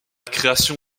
création